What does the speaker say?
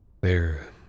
They're